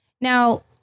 Now